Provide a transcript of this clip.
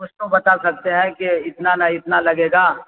کچھ تو بتا سکتے ہیں کہ اتنا نا اتنا لگے گا